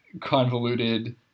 convoluted